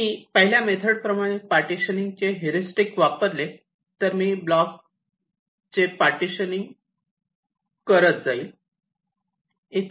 मी पहिल्या मेथड प्रमाणे पार्टीशनिंग चे हेरिस्टिक्स वापरले तर मी ब्लॉक चे पार्टीशनिंग कर करत जाईल